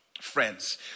friends